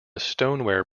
stoneware